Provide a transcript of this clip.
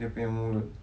dia punya mulut